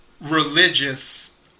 Religious